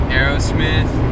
Aerosmith